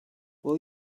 will